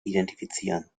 identifizieren